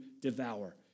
devour